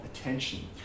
attention